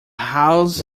house